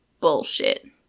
Bullshit